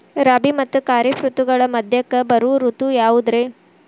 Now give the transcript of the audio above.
ರಾಬಿ ಮತ್ತ ಖಾರಿಫ್ ಋತುಗಳ ಮಧ್ಯಕ್ಕ ಬರೋ ಋತು ಯಾವುದ್ರೇ?